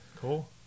Cool